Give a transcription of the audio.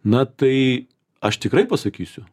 na tai aš tikrai pasakysiu